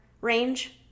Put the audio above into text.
range